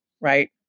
right